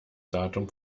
datum